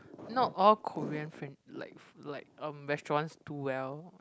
not all Korean fran~ like like um restaurants do well